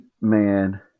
man